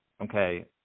Okay